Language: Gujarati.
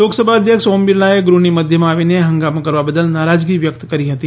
લોકસભા અધ્યક્ષ ઓમ બિરલાએ ગૃહની મધ્યમાં આવીને હંગામો કરવા બદલ નારાજગી વ્યક્ત કરી હતી